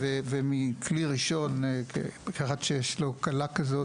ומכלי ראשון כאחד שיש לו כלה כזאת,